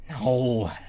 No